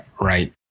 right